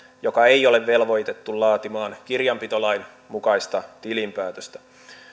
joka ei ole velvoitettu laatimaan kirjanpitolain mukaista tilinpäätöstä